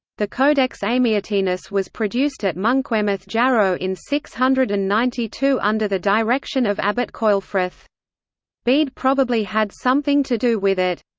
the codex amiatinus was produced at monkwearmouth-jarrow in six hundred and ninety two under the direction of abbot ceolfrith. bede probably had something to do with it.